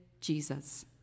Jesus